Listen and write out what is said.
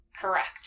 Correct